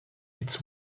its